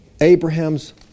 Abraham's